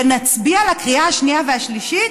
ונצביע על הקריאה השנייה והשלישית?